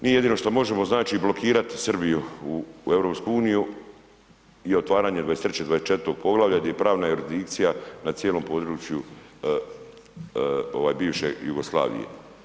Mi jedino što možemo, znači blokirati Srbiju u EU i otvaranje 23. i 24. poglavlja gdje je pravna jurisdikcija na cijelom području bivše Jugoslavije.